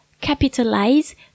capitalize